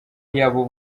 y’abo